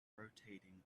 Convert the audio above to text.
rotating